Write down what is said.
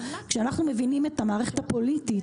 כשאנחנו מבינים את המערכת הפוליטית,